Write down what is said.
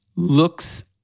Looks